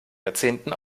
jahrzehnten